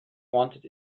wanted